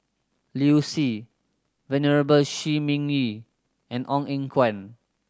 Liu Si Venerable Shi Ming Yi and Ong Eng Guan